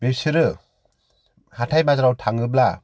बेसोरो हाथाय बाजाराव थाङोब्ला